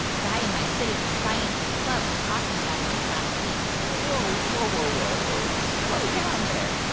a guy in my citizen scientists club was talking about it just last week whoa, whoa, whoa, whoa. slow down there.